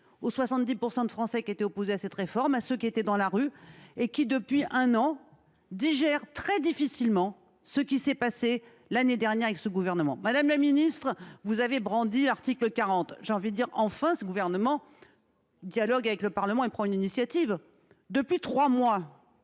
aux 70 % de Français qui étaient opposés à cette réforme, à ceux qui étaient dans la rue, et qui, depuis un an, digèrent très difficilement ce qui s’est passé l’année dernière. Madame la ministre, vous avez brandi l’article 40. Enfin, ce gouvernement dialogue avec le Parlement et prend une initiative ! Depuis trois mois